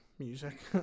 music